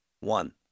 One